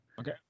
Okay